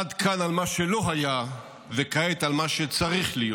עד כאן על מה שלא היה, וכעת, על מה שצריך להיות.